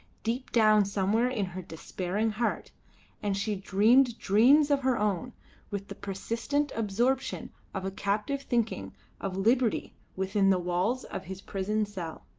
deep down somewhere in her despairing heart and she dreamed dreams of her own with the persistent absorption of a captive thinking of liberty within the walls of his prison cell.